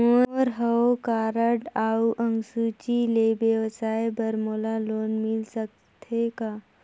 मोर हव कारड अउ अंक सूची ले व्यवसाय बर मोला लोन मिल सकत हे का?